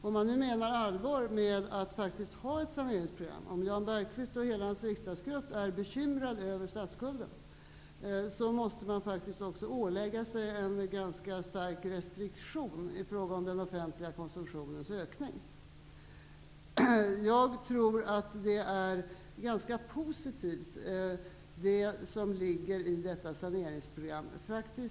Om man nu menar allvar med att faktiskt ha ett saneringsprogram, om Jan Bergqvist och hela hans riksdagsgrupp är bekymrad över statsskulden, måste man faktiskt ålägga sig en stark restriktion i fråga om ökningen av den offentliga konsumtionen. Jag tror att det som finns med i detta saneringsprogram är ganska positivt.